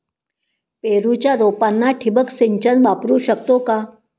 पेरूच्या रोपांना ठिबक सिंचन वापरू शकतो का?